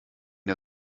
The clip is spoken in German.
der